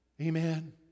Amen